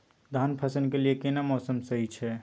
धान फसल के लिये केना मौसम सही छै?